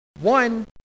One